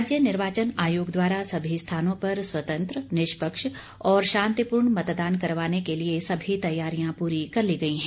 राज्य निर्वाचन आयोग द्वारा सभी स्थानों पर स्वतंत्र निष्पक्ष और शांतिपूर्ण मतदान करवाने के लिए सभी तैयारियां पूरी कर ली गई हैं